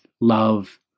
love